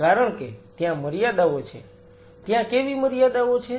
કારણ કે ત્યાં મર્યાદાઓ છે ત્યાં કેવી મર્યાદાઓ છે